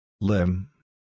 Limb